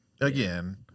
again